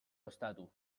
ostatu